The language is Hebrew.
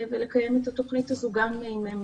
ולקיים להמשיך ולקיים את התוכנית הזו גם אם הן